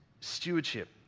stewardship